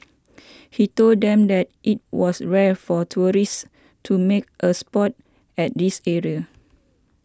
he told them that it was rare for tourists to make a spot at this area